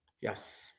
Yes